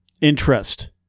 interest